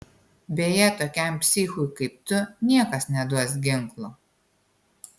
beje tokiam psichui kaip tu niekas neduos ginklo